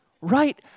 Right